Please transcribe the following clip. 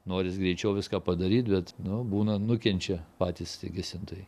noris greičiau viską padaryt bet nu būna nukenčia patys tie gesintojai